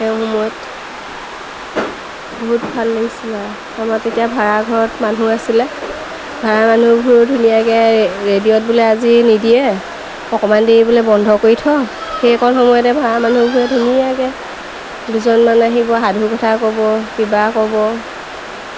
সেই সময়ত বহুত ভাল লাগিছিল আৰু আমাৰ তেতিয়া ভাড়া ঘৰত মানুহ আছিলে ভাড়া মানুহবোৰো ধুনীয়াকৈ ৰেডিঅ'ত বোলে আজি নিদিয়ে অকণমান দেৰি বোলে বন্ধ কৰি থওঁ সেই অকণ সময়তে ভাড়া মানুহবোৰে ধুনীয়াকৈ দুজনমান আহিব সাধু কথা ক'ব কিবা ক'ব